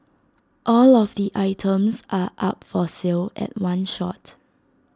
all of the items are up for sale at one shot